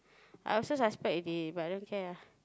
I also suspect already but I don't care ah